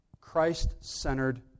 Christ-centered